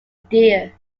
deer